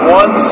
one